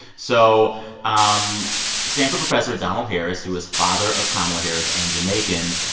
so um stanford professor donald harris, who is father of kamala harris and jamaican,